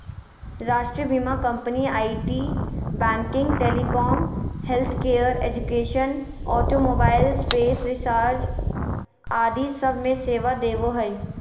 राष्ट्रीय बीमा company IT, banking, telecom, healthcare, education, automobile, space research आदि सब मे सेवा देवो हय